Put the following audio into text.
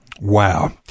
Wow